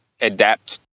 adapt